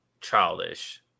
childish